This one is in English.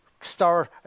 start